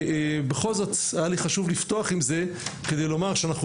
בכל זאת היה לי חשוב לפתוח עם זה כדי לומר שאנחנו